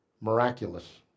Miraculous